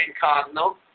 cardinal